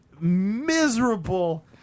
miserable